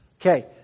Okay